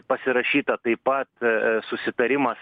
pasirašyta taip pat susitarimas